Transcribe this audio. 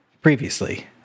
previously